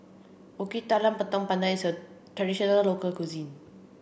Kuih Talam Tepong Pandan is a traditional local cuisine